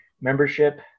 membership